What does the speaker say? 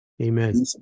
Amen